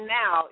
now